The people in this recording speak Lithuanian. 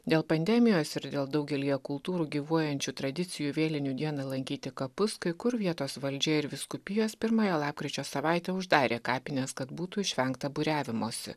dėl pandemijos ir dėl daugelyje kultūrų gyvuojančių tradicijų vėlinių dieną lankyti kapus kai kur vietos valdžia ir vyskupijos pirmąją lapkričio savaitę uždarė kapines kad būtų išvengta būriavimosi